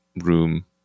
room